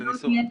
זה בסדר.